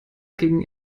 ging